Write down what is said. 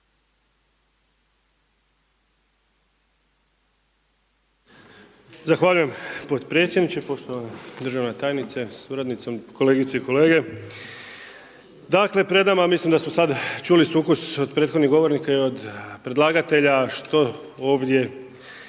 Zahvaljujem potpredsjedniče, poštovana državna tajnice sa suradnicom, kolegice i kolege. Dakle pred nama je, ja mislim da smo sada čuli sukus od prethodnih govornika i od predlagatelja što ovdje se